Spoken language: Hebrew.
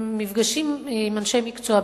עם מפגשים עם אנשי מקצוע,